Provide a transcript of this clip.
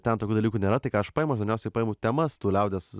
ten tokių dalykų nėra tai ką aš paimu aš dažniausiai paimu temas tų liaudies